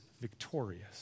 victorious